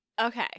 Okay